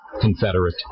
Confederate